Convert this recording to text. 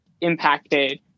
impacted